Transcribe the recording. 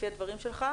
לפי הדברים שלך,